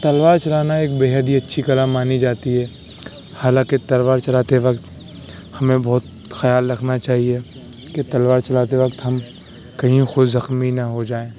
تلوار چلانا ایک بے حد ہی اچھی کلا مانی جاتی ہے حالانکہ تلوار چلاتے وقت ہمیں بہت خیال رکھنا چاہیے کہ تلوار چلاتے وقت ہم کہیں خود زخمی نہ ہو جائیں